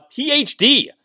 PhD